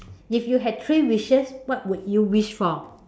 if you had three wishes what would you wish for